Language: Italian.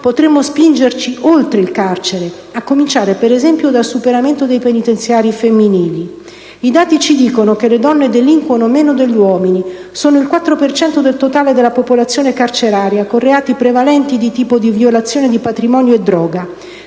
potremmo spingerci oltre il carcere, a cominciare, per esempio, dal superamento dei penitenziari femminili. I dati ci dicono che le donne delinquono meno degli uomini: infatti, sono il 4 per cento del totale della popolazione carceraria, con reati prevalenti del tipo di violazione del patrimonio e droga.